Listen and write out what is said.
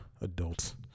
adults